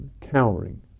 cowering